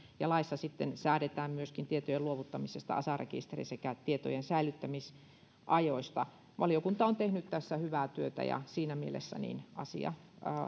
ja laissa sitten säädetään myöskin tietojen luovuttamisesta asa rekisteriin sekä tietojen säilyttämisajoista valiokunta on tehnyt tässä hyvää työtä ja siinä mielessä asia